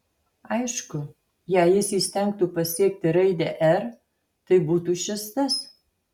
aišku jei jis įstengtų pasiekti raidę r tai būtų šis tas